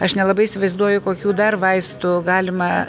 aš nelabai įsivaizduoju kokių dar vaistų galima